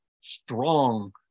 strong